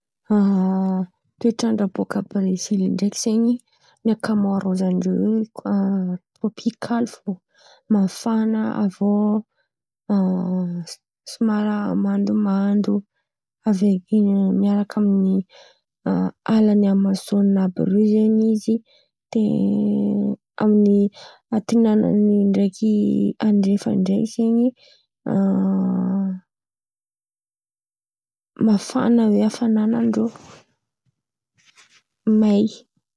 A toetrandra bôka Brezily ndraiky zen̈y ny akamarozan-dreo i koa a tirôpikaly fô, mafana aviô a somara mandomando. Avy eo i- miaraka amin’ny a alan’ny amazonina àby rô zen̈y izy. De amin’ny antinanany ndraiky andrefana ndray zen̈y, a mafana zen̈y hafananan-drô, may.